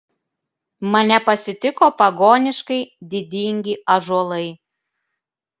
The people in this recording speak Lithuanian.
mane pasitiko pagoniškai didingi ąžuolai